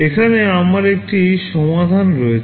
এখানে আমার একটি সমাধান আছে